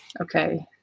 Okay